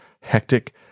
hectic